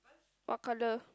what colour